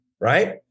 right